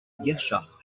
guerchard